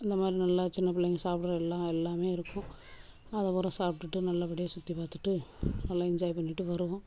அந்த மாதிரி நல்லா சின்ன பிள்ளைங்கள் சாப்பிட்ற எல்லா எல்லாமே இருக்கும் அதை பூராக சாப்பிட்டுட்டு நல்லபடியாக சுற்றி பார்த்துட்டு நல்லா என்ஜாய் பண்ணிட்டு வருவோம்